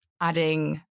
adding